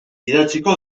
idatziko